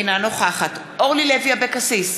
אינה נוכחת אורלי לוי אבקסיס,